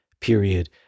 period